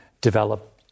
develop